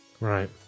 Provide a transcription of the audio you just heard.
Right